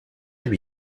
lui